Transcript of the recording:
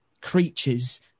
creatures